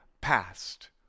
past